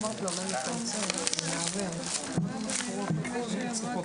13:32.